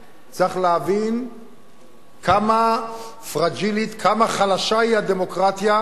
צריך להבין כמה פרג'ילית, כמה חלשה היא הדמוקרטיה.